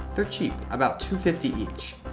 they're cheap, about two fifty each.